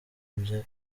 bye